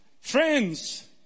Friends